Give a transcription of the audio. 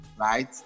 right